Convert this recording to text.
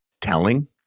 telling